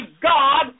God